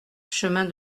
chemin